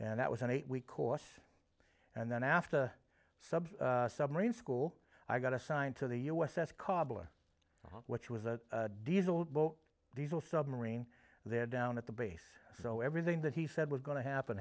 and that was an eight week course and then after a sub submarine school i got assigned to the u s s cobbler which was a diesel boat diesel submarine there down at the base so everything that he said was going to happen